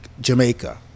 Jamaica